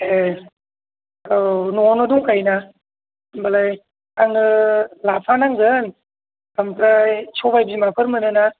ए औ न'आवनो दंखायो ना होनबालाय आंनो लाफा नांगोन ओमफ्राय सबायबिमाफोर मोनोना